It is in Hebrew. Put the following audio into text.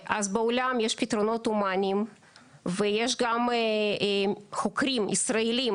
בעולם יש פתרונות הומניים ויש גם חוקרים ישראלים